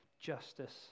justice